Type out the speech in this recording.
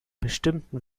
bestimmten